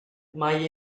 mae